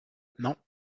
non